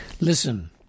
Listen